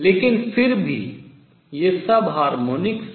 लेकिन फिर भी ये सब हार्मोनिक्स विद्यमान हैं